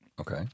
Okay